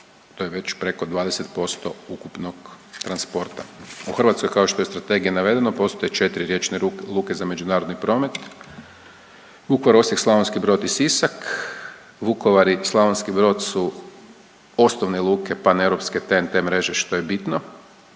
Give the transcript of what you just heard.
to je već preko 20% ukupnog transporta. U Hrvatskoj kao što je iz strategije navedeno postoje četiri riječne luke za međunarodni promet Vukovar, Osijek, Slavonski Brod i Sisak. Vukovar i Slavonski Brod su osnovne luke, paneuropske TEN-T mreže što je bitno.